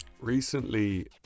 Recently